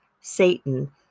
Satan